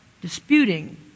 disputing